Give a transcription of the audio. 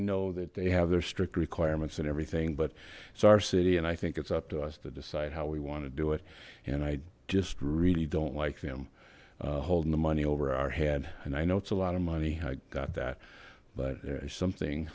i that they have their strict requirements and everything but it's our city and i think it's up to us to decide how we want to do it and i just really don't like them holding the money over our head and i know it's a lot of money i got that but there's something